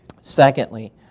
Secondly